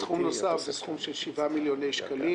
סכום נוסף של 7 מיליוני שקלים